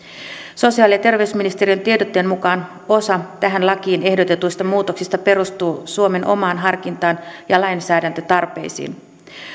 sosiaali ja terveysministeriön tiedotteen mukaan osa tähän lakiin ehdotetuista muutoksista perustuu suomen omaan harkintaan ja lainsäädäntötarpeisiin